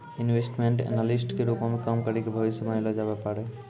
investment analyst के रूपो मे काम करि के भविष्य बनैलो जाबै पाड़ै